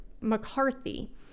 McCarthy